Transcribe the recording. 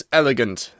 elegant